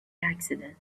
accident